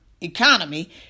economy